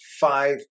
five